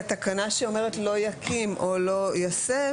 התקנה שאומרת לא יקים או לא יסב,